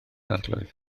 arglwydd